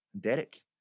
Derek